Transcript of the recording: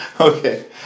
Okay